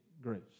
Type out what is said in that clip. grace